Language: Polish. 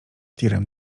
tirem